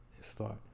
start